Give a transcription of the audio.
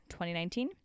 2019